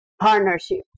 partnership